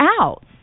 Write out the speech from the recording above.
out